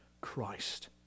Christ